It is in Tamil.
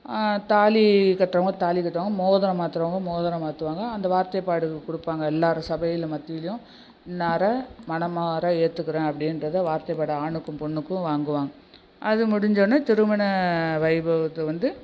தாலி கட்டுறவங்க தாலி கட்டுவாங்க மோதிரம் மாற்றுறவங்க மோதிரம் மாற்றுவாங்க அந்த வார்த்தைப்பாடு கொடுப்பாங்க எல்லார் சபையிலும் மத்தியிலும் இன்னாரை மனமார ஏற்றுக்குறேன் அப்படின்றத வார்த்தைப்பாடய ஆணுக்கும் பொண்ணுக்கும் வாங்குவாங்க அது முடிஞ்சோன திருமண வைபோகத்தை வந்து